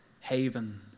haven